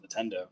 Nintendo